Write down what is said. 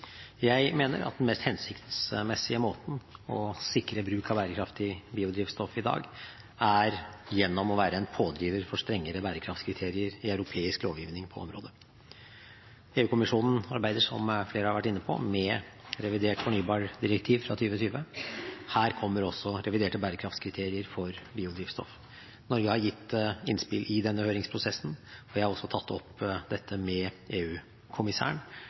Jeg mener at den mest hensiktsmessige måten å sikre bruk av bærekraftig biodrivstoff på i dag er gjennom å være en pådriver for strengere bærekraftskriterier i europeisk lovgivning på området. EU-kommisjonen arbeider, som flere har vært inne på, med et revidert fornybardirektiv fra 2020, og her kommer også reviderte bærekraftskriterier for biodrivstoff. Norge har gitt innspill i denne høringsprosessen, og jeg har også tatt opp med